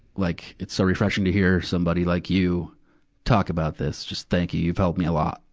like it's so refreshing to hear somebody like you talk about this. just thank you, you've helped me a lot.